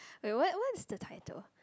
okay what what is the title